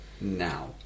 now